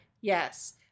Yes